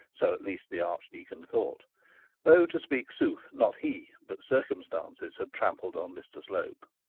so at least the archdeacon thought though, to speak sooth, not he, but circumstances had trampled on mr slope.